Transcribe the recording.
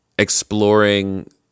exploring